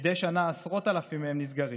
מדי שנה עשרות אלפים מהם נסגרים.